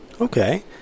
Okay